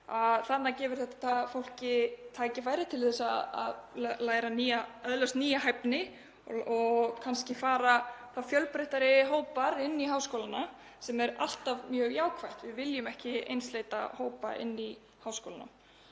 það gefur fólki tækifæri til þess að öðlast nýja hæfni og kannski fara þá fjölbreyttari hópar í háskóla sem er alltaf mjög jákvætt. Við viljum ekki einsleita hópa í háskólanám.